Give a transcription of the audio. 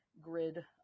grid